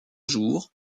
jours